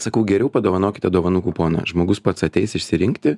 sakau geriau padovanokite dovanų kuponą žmogus pats ateis išsirinkti